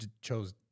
chose